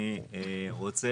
אני רוצה,